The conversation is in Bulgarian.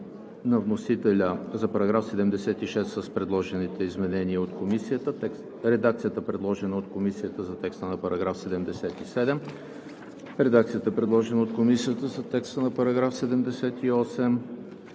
на вносителя за § 76 с предложените изменения от Комисията; редакцията, предложена от Комисията за текста на § 77; редакцията, предложена от Комисията за текста на § 78;